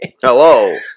Hello